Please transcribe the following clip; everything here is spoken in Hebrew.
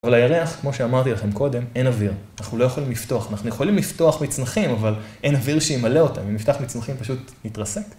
אבל על הירח, כמו שאמרתי לכם קודם, אין אוויר. אנחנו לא יכולים לפתוח, אנחנו יכולים לפתוח מצנחים, אבל אין אוויר שימלא אותם, אם נפתח מצנחים פשוט נתרסק.